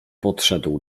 podszedł